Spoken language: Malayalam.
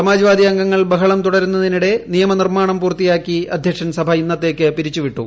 സമാജ്വാദി അംഗങ്ങൾ ബഹളം തുടരുന്നതിനിടെ നിയമനിർമ്മാണം പൂർത്തിയാക്കി അധ്യക്ഷൻ സഭ ഇന്നത്തേയ്ക്ക് പിരിച്ചുവിട്ടു